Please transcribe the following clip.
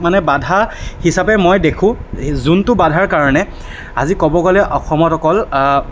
মানে বাধা হিচাপে মই দেখোঁ যোনটো বাধাৰ কাৰণে আজি ক'ব গ'লে অসমত অকল